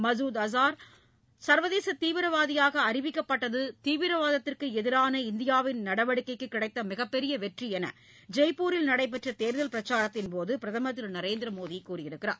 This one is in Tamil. மசூத் அசாா் சா்வதேச தீவிரவாதியாக அறிவிக்கப்பட்டது தீவிரவாதத்திற்கு எதிரான இந்தியாவின் நடவடிக்கைக்கு கிடைத்த மிகப்பெரிய வெற்றி என்று ஜெய்ப்பூரில் நடைபெற்ற தேர்தல் பிரச்சாரத்தின் போது பிரதமர் திரு நரேந்திர மோடி தெரிவித்துள்ளார்